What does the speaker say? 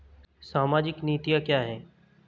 सामाजिक नीतियाँ क्या हैं?